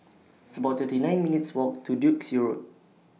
It's about thirty nine minutes' Walk to Duke's Road